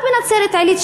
רק בנצרת-עילית,